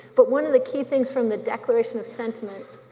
but one of the key things from the declaration of sentiments,